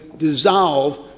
dissolve